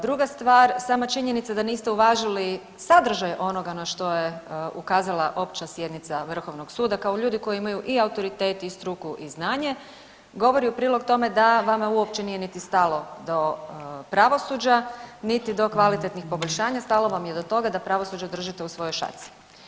Druga stvar, sama činjenica da niste uvažili sadržaj onoga na što je ukazala opća sjednica vrhovnog suda kao ljudi koji imaju i autoritet i struku i znanje govori u prilog tome da vama uopće nije niti stalo do pravosuđa, niti do kvalitetnih poboljšanja, stalo vam je do toga da pravosuđe držite u svojoj šaci.